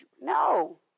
No